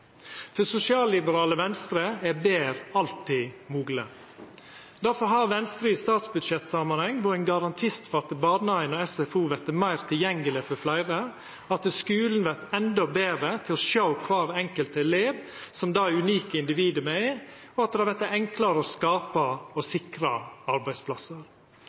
For sosialliberale Venstre er betre alltid mogleg. Difor har Venstre i statsbudsjettsamanheng vore ein garantist for at barnehagen og SFO vert meir tilgjengeleg for fleire, at skulen vert endå betre til å sjå kvar enkelt elev som det unike individet me er, og at det vert enklare å skapa og sikra arbeidsplassar.